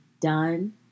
done